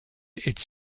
its